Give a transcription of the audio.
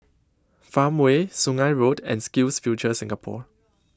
Farmway Sungei Road and SkillsFuture Singapore